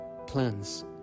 plans